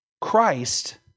Christ